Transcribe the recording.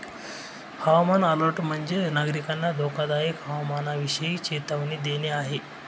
हवामान अलर्ट म्हणजे, नागरिकांना धोकादायक हवामानाविषयी चेतावणी देणे आहे